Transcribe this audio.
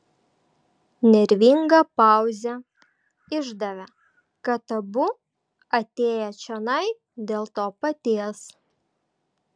nervinga pauzė išdavė kad abu atėję čionai dėl to paties